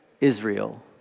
Israel